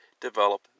develop